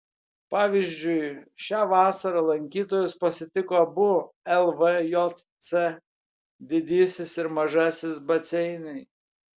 pavyzdžiui šią vasarą lankytojus pasitiko abu lvjc didysis ir mažasis baseinai